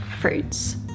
fruits